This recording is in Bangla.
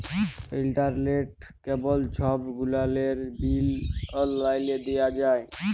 ইলটারলেট, কেবল ছব গুলালের বিল অললাইলে দিঁয়া যায়